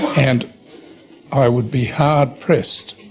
and i would be hard pressed